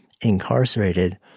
incarcerated